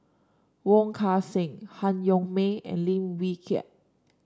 Wong Kan Seng Han Yong May and Lim Wee Kiak